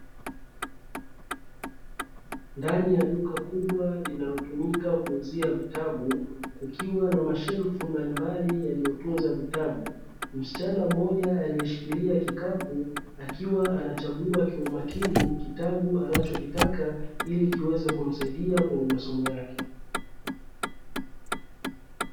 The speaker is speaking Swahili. Ndani ya duka kubwa linalotumika kuuzia vitabu, kukiwa na mashelfu mbalimbali yaliyotunza vitabu. Msichana mmoja aliyeshikilia kikapu, akiwa anachagua kwa umakini kitabu anachokitaka ili kiweze kumsaidia kwenye.